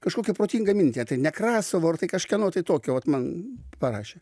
kažkokią protingą mintį ar tai nekrasovo tai kažkieno tai tokio vot man parašė